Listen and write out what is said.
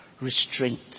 restraint